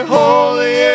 holy